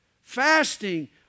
Fasting